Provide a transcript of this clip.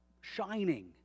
shining